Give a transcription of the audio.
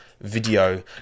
video